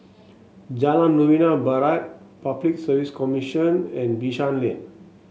Jalan Novena Barat Public Service Commission and Bishan Lane